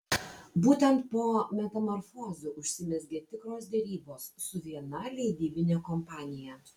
būtent po metamorfozių užsimezgė tikros derybos su viena leidybine kompanija